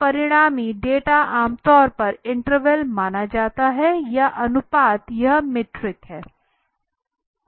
परिणामी डेटा आम तौर पर इंटरवल माना जाता है या अनुपात यह मीट्रिक हैं